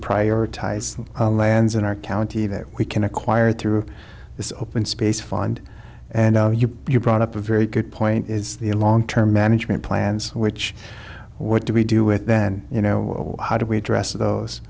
prioritize the lands in our county that we can acquire through this open space find and you brought up a very good point is the long term management plans which what do we do with then you know how do we address those